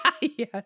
Yes